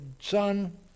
son